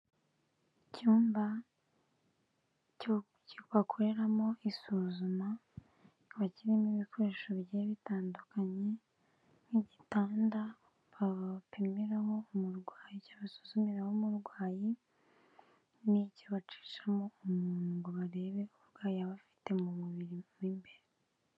Icyumba cyo bakoreramo isuzuma, kikaba kirimo ibikoresho bigiye bitandukanye, nk'igitanda bapimiraho umurwayi cyangwa basuzumiraho umurwayi, n'icyo bacishamo umuntu ngo barebe uburwayi yaba afite mu mubiri mo imbere.